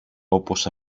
όπως